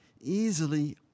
easily